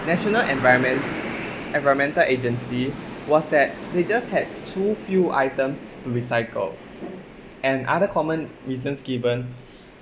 national environment environmental agency was that they just had too few items to recycle and other common reasons given